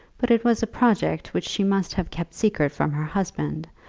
but it was a project which she must have kept secret from her husband,